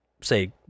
say